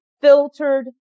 filtered